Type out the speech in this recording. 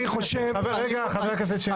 חבר הכנסת שיין.